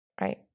Right